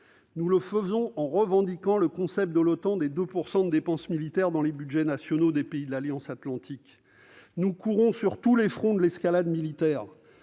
Nous le faisons en revendiquant le concept, élaboré par l'OTAN, des 2 % de dépenses militaires dans les budgets nationaux des pays de l'Alliance atlantique. Nous courons sur tous les fronts de l'escalade armée